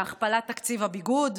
להכפלת תקציב הביגוד.